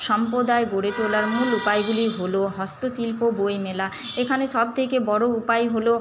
সম্প্রদায় গড়ে তোলার মূল উপায়গুলি হলো হস্তশিল্প বইমেলা এখানে সবথেকে বড়ো উপায় হলো